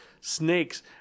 snakes